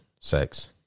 sex